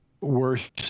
worse